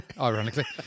ironically